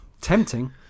Tempting